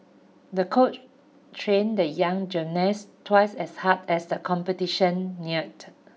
the coach trained the young gymnast twice as hard as the competition neared